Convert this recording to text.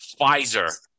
Pfizer